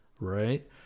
right